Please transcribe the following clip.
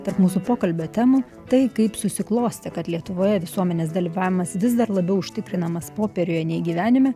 tarp mūsų pokalbio temų tai kaip susiklostė kad lietuvoje visuomenės dalyvavimas vis dar labiau užtikrinamas popieriuje nei gyvenime